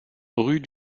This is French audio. rue